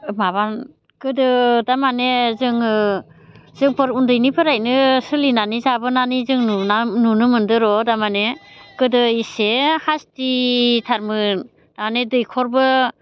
माबा गोदो थारमाने जोङो जोंफोर उन्दैनिफ्रायनो सोलिनानै जाबोनानै जों नुनो मोनदोंर' थारमाने गोदो इसे हास्थि थारमोन दानि दैखरबो